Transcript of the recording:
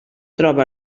troba